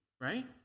right